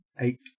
eight